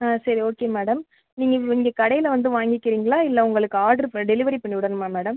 ஆ சரி okay madam நீங்கள் இங்கே கடையில் வந்து வாங்கிக்கிறிங்களா இல்லை உங்களுக்கு ஆர்டர் பண்ணி டெலிவரி பண்ணி விடணுமா மேடம்